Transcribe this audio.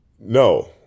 No